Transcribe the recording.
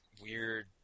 weird